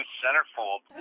centerfold